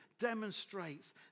demonstrates